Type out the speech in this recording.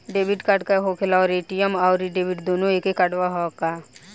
Debit card का होखेला और ए.टी.एम आउर डेबिट दुनों एके कार्डवा ह का?